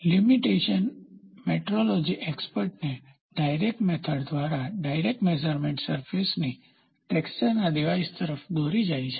લીમીટેશનએ metrology એક્સપર્ટને direct method દ્વારા direct measurement સરફેસની ટેક્સચરના ડીવાઈસ તરફ દોરી છે